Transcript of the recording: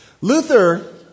Luther